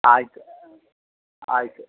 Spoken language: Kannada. ಆಯಿತು ಆಯಿತು